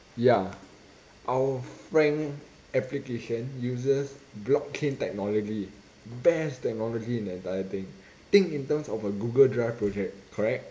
ya our frank application uses block chain technology best technology in the entire thing think in terms of a google drive project correct